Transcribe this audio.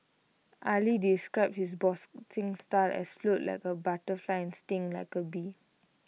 Ali described his boxing style as float like A butterfly sting like A bee